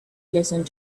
listened